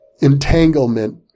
entanglement